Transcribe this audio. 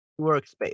workspace